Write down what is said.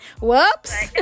Whoops